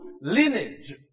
lineage